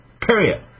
Period